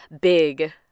big